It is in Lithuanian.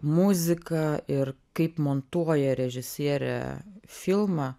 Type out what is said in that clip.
muzika ir kaip montuoja režisierė filmą